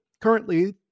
currently